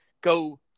go